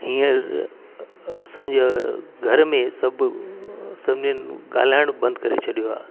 हींअर असांजा घर में सभु सभिनीनि ॻाल्हाइणु बंदि करे छॾियो आहे